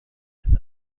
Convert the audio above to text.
است